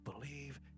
Believe